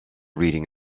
reading